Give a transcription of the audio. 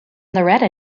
loretta